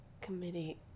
committee